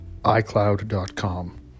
iCloud.com